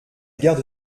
garde